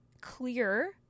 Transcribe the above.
clear